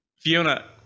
Fiona